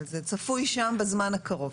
אבל זה צפוי שם בזמן הקרוב.